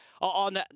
on